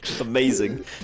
Amazing